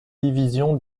division